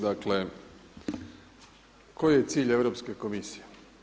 Dakle, koji je cilj Europske komisije?